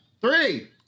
Three